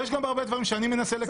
יש גם הרבה דברים שאני מנסה לקדם,